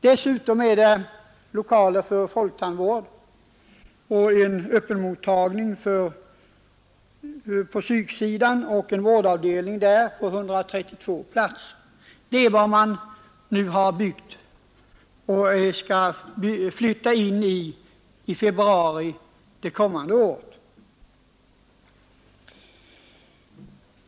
Dessutom finns det lokaler för folktandvård och på psyksidan en öppenmottagning och en värdavdelning med 132 platser. Det är vad man nu har byggt och skall flytta in i nästa år i februari.